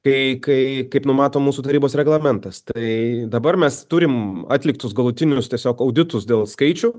kai kai kaip numato mūsų tarybos reglamentas tai dabar mes turim atliktus galutinius tiesiog auditus dėl skaičių